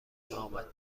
آمد